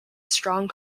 strong